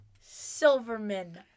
Silverman